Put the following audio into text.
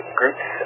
groups